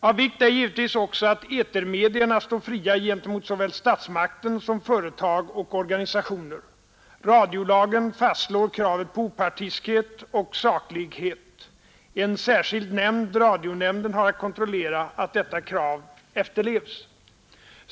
Av vikt är givetvis också att etermedierna står fria gentemot såväl statsmakten som företag och organisationer. Radiolagen fastslår kravet på opartiskhet och saklighet. En särskild nämnd — radionämnden — har att kontrollera att detta krav efterlevs.